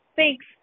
Thanks